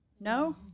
No